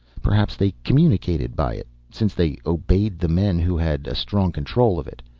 perhaps they communicated by it, since they obeyed the men who had a strong control of it.